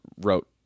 wrote